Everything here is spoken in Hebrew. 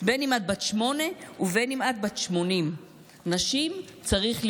בין שאת בת שמונה ובין שאת בת 80. נשים צריך למחוק,